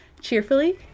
Cheerfully